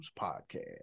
Podcast